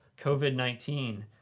COVID-19